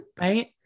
right